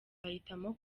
bahitamo